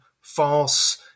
false